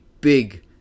big